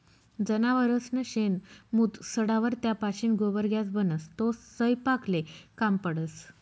जनावरसनं शेण, मूत सडावर त्यापाशीन गोबर गॅस बनस, तो सयपाकले काम पडस